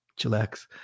Chillax